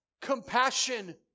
compassion